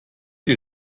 die